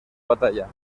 batalla